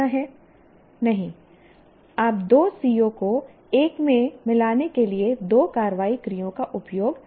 " नहीं आप दो CO को एक में मिलाने के लिए दो कार्रवाई क्रियाओं का उपयोग नहीं कर सकते